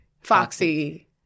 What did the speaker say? Foxy